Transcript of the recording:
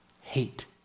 Hate